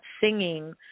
singing